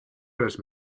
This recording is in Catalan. res